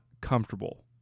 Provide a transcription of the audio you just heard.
comfortable